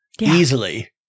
Easily